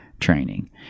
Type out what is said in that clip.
training